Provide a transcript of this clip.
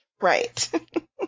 Right